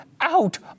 out